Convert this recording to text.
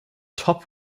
top